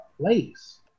place